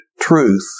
truth